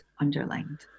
underlined